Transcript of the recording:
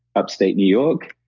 upstate new york,